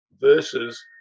versus